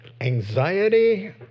anxiety